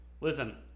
Listen